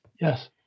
Yes